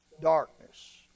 darkness